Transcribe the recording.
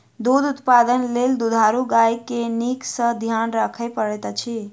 दूध उत्पादन लेल दुधारू गाय के नीक सॅ ध्यान राखय पड़ैत अछि